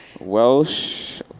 Welsh